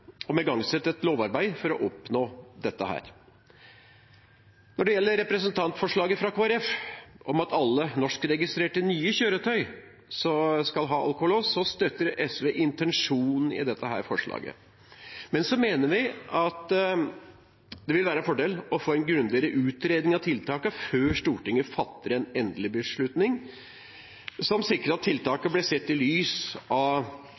igangsette et lovarbeid for å oppnå dette. Når det gjelder representantforslaget fra Kristelig Folkeparti om at alle norskregistrerte nye kjøretøy skal ha alkolås, støtter SV intensjonen i det, men vi mener det vil være en fordel å få en grundigere utredning av tiltakene, før Stortinget fatter en endelig beslutning, som sikrer at tiltakene blir sett i lys av